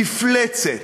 מפלצת,